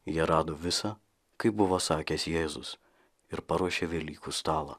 jie rado visą kaip buvo sakęs jėzus ir paruošė velykų stalą